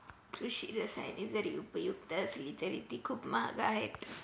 कृषी रसायने जरी उपयुक्त असली तरी ती खूप महाग आहेत